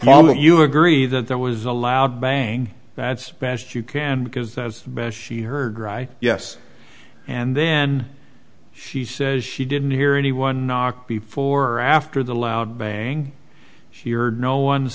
although you agree that there was a loud bang that's best you can because that's the best she heard right yes and then she says she didn't hear anyone knock before or after the loud bang here no one